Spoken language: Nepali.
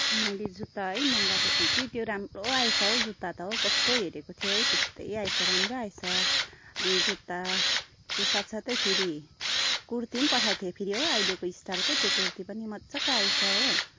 मैले जुत्ता है मगाएको थिएँ कि त्यो राम्रो आएछ हो जुत्ता त जस्तो हेरेको थियो है त्यस्तै आएछ राम्रै आएछ अनि जुत्ता त्यो साथसाथैको फेरि कुर्ती पनि पठाएको थिएँ हो फेरि हो अहिलेको स्टाइलको त्यो कुर्ती पनि मजाको आएछ हो